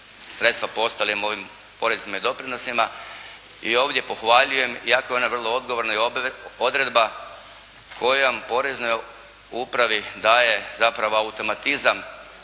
sredstva po ostalim ovim porezima i doprinosima i ovdje pohvaljujem iako je ona vrlo odgovorna i odredba kojom Poreznoj upravi daje zapravo automatizam